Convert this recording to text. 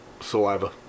Saliva